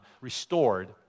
restored